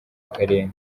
akarere